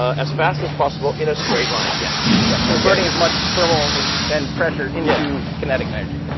as fast as possible, in a straight line. yes, yep, converting as much thermal and and pressure into kinetic energy.